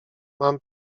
mam